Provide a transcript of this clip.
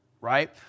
right